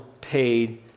paid